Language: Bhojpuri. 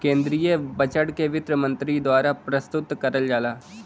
केन्द्रीय बजट के वित्त मन्त्री द्वारा प्रस्तुत करल जाला